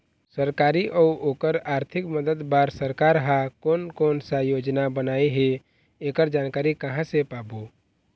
सरकारी अउ ओकर आरथिक मदद बार सरकार हा कोन कौन सा योजना बनाए हे ऐकर जानकारी कहां से पाबो?